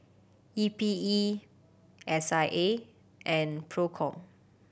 E P E S I A and Procom